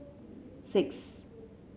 six